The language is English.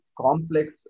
complex